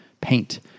paint